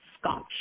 scotch